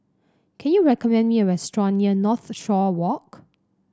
can you recommend me a restaurant near Northshore Walk